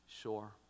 sure